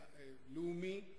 לאומי,